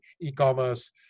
E-commerce